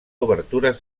obertures